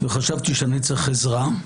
חשבתי שאני צריך עזרה,